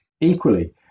Equally